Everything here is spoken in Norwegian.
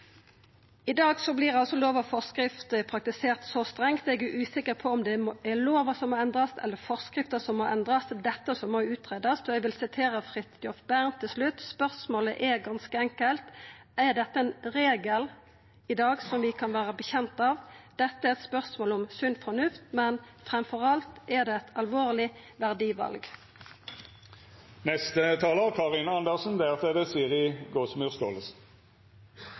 I dag vert lov og forskrifter praktisert så strengt. Eg er usikker på om det er lova eller forskrifta som må endrast. Det er dette som må greiast ut. Eg vil sitera Jan Fridjof Bernt til slutt: «Spørsmålet er ganske enkelt: Er dette en regel vi kan være bekjent av? Dette er dels et spørsmål om sunn fornuft, men fremfor alt et dypt alvorlig verdivalg.». Først kan jeg si til representanten Trellevik, som får det